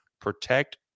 protect